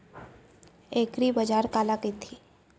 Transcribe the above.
एगरीबाजार काला कहिथे?